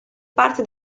parte